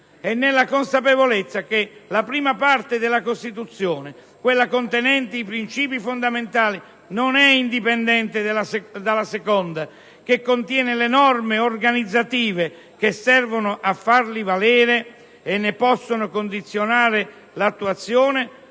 Nella consapevolezza che la prima parte della Costituzione, contenente i principi fondamentali, non è indipendente dalla seconda, che contiene le norme organizzative che servono a farli valere o che, comunque, ne condizionano l'attuazione,